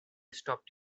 stopped